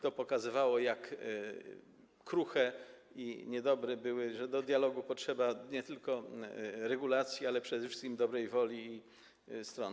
To pokazywało, jak kruche i niedobre to było, pokazywało, że do dialogu potrzeba nie tylko regulacji, ale przede wszystkim dobrej woli stron.